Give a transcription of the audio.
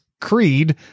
creed